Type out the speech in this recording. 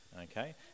okay